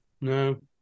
No